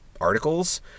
articles